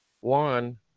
One